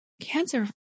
cancer